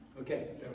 Okay